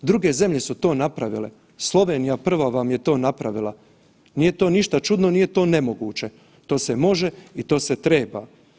Druge zemlje su to napravile, Slovenija prva vam je to napravila, nije to ništa čudno, nije to nemoguće, to se može i to se treba.